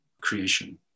creation